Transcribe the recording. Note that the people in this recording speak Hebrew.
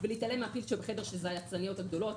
ולהתעלם מהפיל שבחדר שזה היצרניות הגדולות,